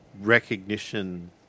recognition